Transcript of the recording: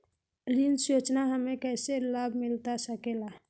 ऋण सूचना हमें कैसे लाभ मिलता सके ला?